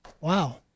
Wow